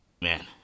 Man